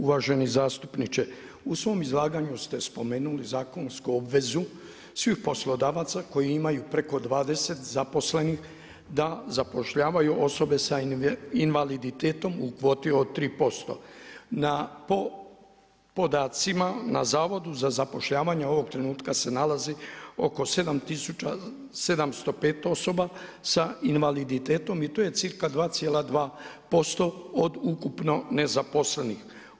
Uvaženi zastupniče, u svom izlaganju ste spomenuli zakonsku obvezu svih poslodavaca koji imaju preko 20 zaposlenih da zapošljavaju osobe s invaliditetom u kvoti od 3%. po podacima na Zavodu za zapošljavanje ovog trenutka se nalazi oko 7705 osobe s invaliditetom i to je cca 2,2% od ukupno nezaposlenih.